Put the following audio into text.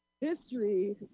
history